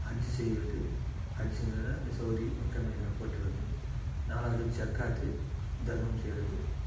ஹஜ் செய்வது ஹஜ் வந்தோன இந்த சவுதி மெக்கா மதினா போற்றுவது நாலாவது வந்து ஜகாத்து தர்மம் செய்யறது